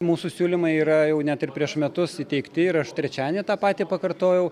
mūsų siūlymai yra jau net ir prieš metus įteikti ir aš trečiadienį tą patį pakartojau